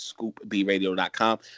ScoopBradio.com